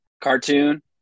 Cartoon